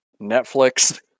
Netflix